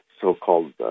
so-called